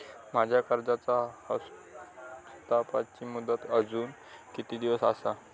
माझ्या कर्जाचा हप्ताची मुदत अजून किती दिवस असा?